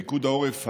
פיקוד העורף,